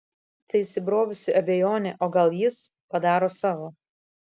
ta įsibrovusi abejonė o gal jis padaro savo